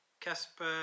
Casper